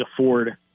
afford